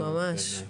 כן, ממש.